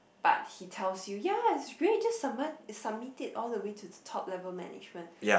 but he tells you ya it's great just subm~ submit it all the way to the top level management